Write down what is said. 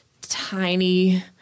tiny